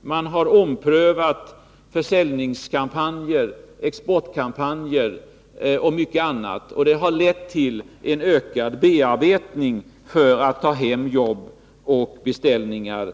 Man har omprövat försäljningskampanjer, exportkampanjer och mycket annat. Det har lett till en ökad bearbetning för att ta hem jobb och beställningar.